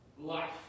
life